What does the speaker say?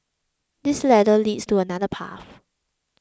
this ladder leads to another path